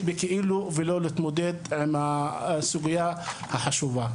בכאילו ולא להתמודד עם הסוגייה החשובה.